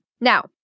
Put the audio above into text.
Now